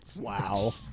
Wow